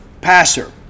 passer